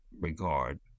regard